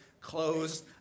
clothes